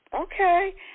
Okay